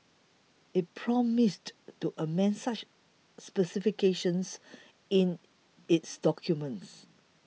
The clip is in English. it promised to amend such specifications in its documents